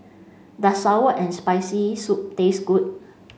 does sour and spicy soup taste good